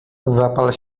zapal